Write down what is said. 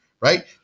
right